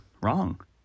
Wrong